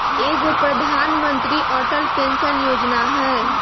एगो प्रधानमंत्री अटल पेंसन योजना है?